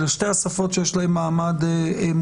אלה שתי השפות שיש להן מעמד מוכר.